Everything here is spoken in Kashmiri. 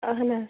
اہن حظ